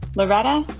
loretta,